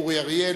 אורי אריאל,